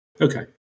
Okay